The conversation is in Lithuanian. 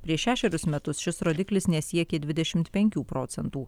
prieš šešerius metus šis rodiklis nesiekė dvidešimt penkių procentų